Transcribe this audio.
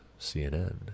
CNN